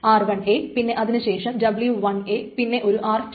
r1 പിന്നെ അതിനു ശേഷം w1 പിന്നെ ഒരു r2